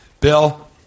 Bill